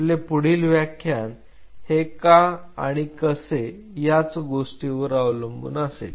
आपले पुढील व्याख्यान हे का आणि कसे याच गोष्टींवर अवलंबून असेल